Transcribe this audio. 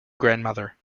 grandmother